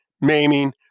maiming